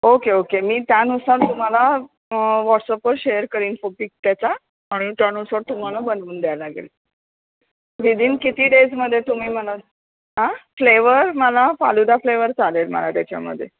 okay okay मी त्यानुसार तुम्हाला व्हॉट्सअपवर शेअर करीन तो पिक त्याचा आणि त्यानुसार तुम्हाला बनवून द्यावा लागेल विदीन किती डेजमध्ये तुम्ही मला हा फ्लेवर मला फालुदा फ्लेवर चालेल मला त्याच्यामध्ये